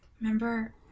Remember